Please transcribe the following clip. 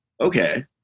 okay